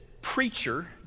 preacher